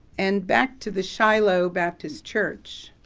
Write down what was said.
and back to the shiloh baptist church,